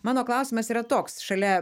mano klausimas yra toks šalia